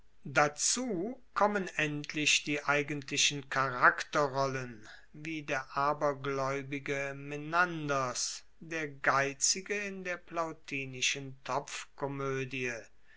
dazu kommen endlich die eigentlichen charakterrollen wie der aberglaeubige menanders der geizige in der plautinischen